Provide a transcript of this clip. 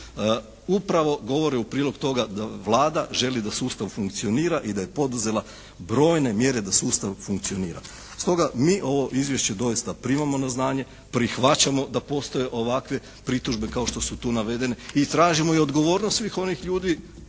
upravo govori u prilog toga da Vlada želi da sustav funkcionira i da je poduzela brojne mjere da sustav funkcionira. Stoga mi ovo izvješće doista primamo na znanje, prihvaćamo da postoje ovakve pritužbe kao što su tu navedene i tražimo i odgovornost svih onih ljudi,